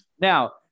Now